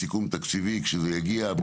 תקציבי כשיגיע.